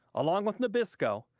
along with nabisco,